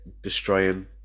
destroying